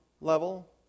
level